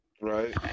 Right